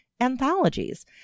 anthologies